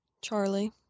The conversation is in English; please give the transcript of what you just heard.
Charlie